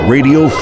Radio